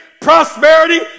Prosperity